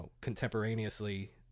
contemporaneously